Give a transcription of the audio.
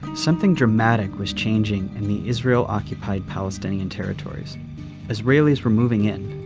something dramatic was changing in the israel-occupied palestinian territories israelis were moving in.